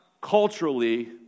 culturally